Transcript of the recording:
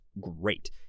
great